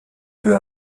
peu